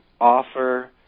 offer